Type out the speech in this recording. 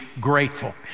grateful